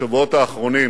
בשבועות האחרונים